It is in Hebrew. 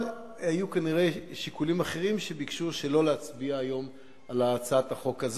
אבל היו כנראה שיקולים אחרים וביקשו שלא להצביע היום על ההצעה הזאת.